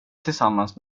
tillsammans